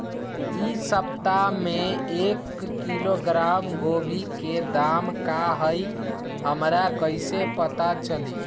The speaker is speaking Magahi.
इ सप्ताह में एक किलोग्राम गोभी के दाम का हई हमरा कईसे पता चली?